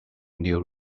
new